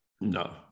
No